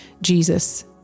jesus